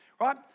right